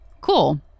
Cool